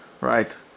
Right